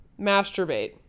masturbate